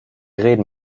reden